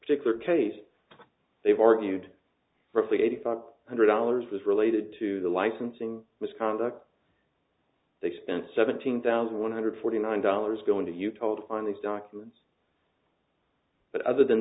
particular case they've argued for a flea eighty five hundred dollars was related to the licensing misconduct they spent seventeen thousand one hundred forty nine dollars going to you told on these documents but other than